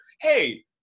hey